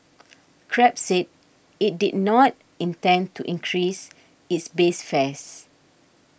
Grab said it did not intend to increase its base fares